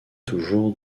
toujours